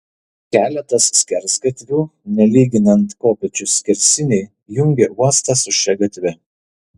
keletas skersgatvių nelyginant kopėčių skersiniai jungė uostą su šita gatve